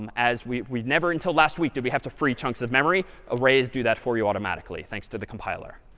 um as we we never until last week do we have to free chunks of memory. arrays do that for you automatically thanks to the compiler.